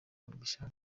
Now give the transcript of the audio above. mbishaka